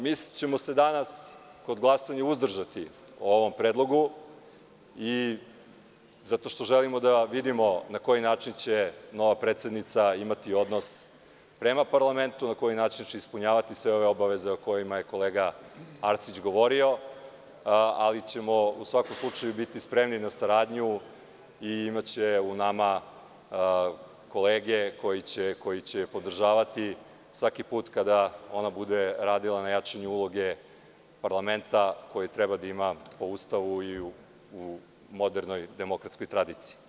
Mi ćemo se danas kod glasanja uzdržati o ovom predlogu zato što želimo da vidimo na koji način će nova predsednica imati odnos prema parlamentu, na koji način će ispunjavati sve ove obaveze o kojima je kolega Arsić govorio, ali ćemo u svakom slučaju biti spremni na saradnju i imaće u nama kolege koji će je podržavati svaki put kada ona bude radila na jačanju uloge parlamenta koji treba da ima po Ustavu i u modernoj demokratskoj tradiciji.